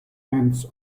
and